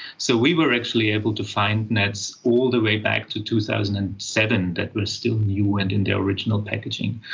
so we were actually able to find nets all the way back to two thousand and seven that were still new and in their original packaging,